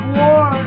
war